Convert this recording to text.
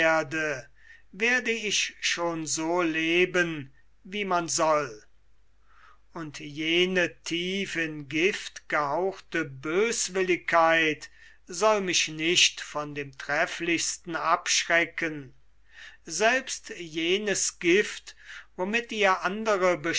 werde ich schon so leben wie man soll und jene tief in gift getauchte böswilligkeit soll mich nicht von dem trefflichsten abschrecken selbst jenes gift womit ihr andere